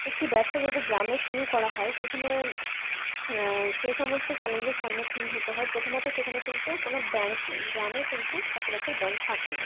একটি ব্যবসা যদি গ্রামে শুরু করা হয় সেখানে সেই সমস্ত চ্যালেঞ্জের সম্মুখীন হতে হয় প্রথমত সেখানে কিন্তু কোনো ব্যাঙ্ক নেই গ্রামে কিন্তু সচরাচর ব্যাঙ্ক থাকে না